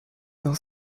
d’un